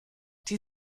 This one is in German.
die